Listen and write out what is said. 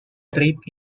draped